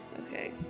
Okay